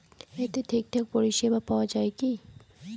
এতে ঠিকঠাক পরিষেবা পাওয়া য়ায় কি?